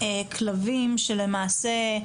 כלבים שלמעשה,